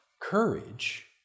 courage